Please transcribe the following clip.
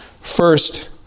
first